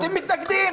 אתם מתנגדים,